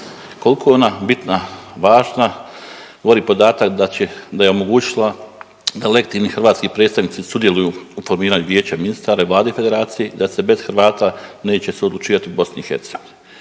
Koliko je ona bitna, važna govori podatak da je omogućila da legitimni hrvatski predstavnici sudjeluju u formiranju Vijeća ministara i Vlade Federacije, da se bez Hrvata neće odlučivati u Bosni